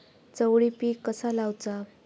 चवळी पीक कसा लावचा?